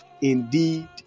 indeed